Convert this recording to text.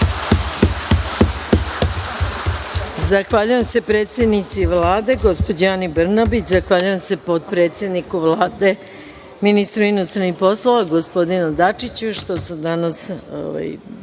Zahvaljujem se predsednici Vlade, gospođi Ani Brnabić, zahvaljujem se potpredsedniku Vlade, ministru inostranih poslova, gospodinu Dačiću, što su danas